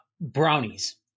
brownies